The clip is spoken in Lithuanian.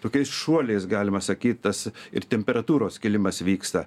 tokiais šuoliais galima sakyt tas ir temperatūros kilimas vyksta